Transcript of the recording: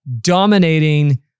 dominating